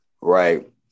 Right